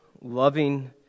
loving